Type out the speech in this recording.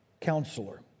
counselor